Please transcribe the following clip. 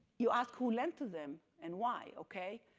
you ask who lent to them and why? ok.